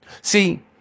See